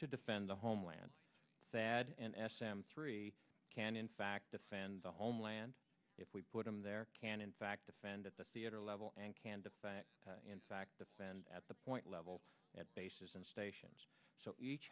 to defend the homeland sad and s m three can in fact defend the homeland if we put them there can in fact defend at the theater level and can in fact defend at the point level at bases and stations so each